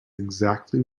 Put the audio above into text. exactly